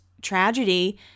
tragedy